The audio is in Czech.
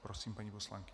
Prosím, paní poslankyně.